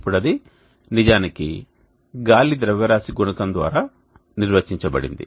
ఇప్పుడు అది నిజానికి గాలి ద్రవ్యరాశి గుణకం ద్వారా నిర్వచించబడింది